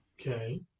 Okay